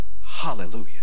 hallelujah